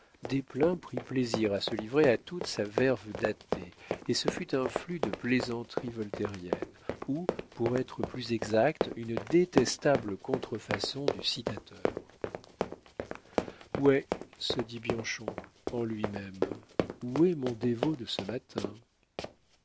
desplein prit plaisir à se livrer à toute sa verve d'athée et ce fut un flux de plaisanteries voltairiennes ou pour être plus exact une détestable contrefaçon du citateur ouais se dit bianchon en lui-même où est mon dévot de ce matin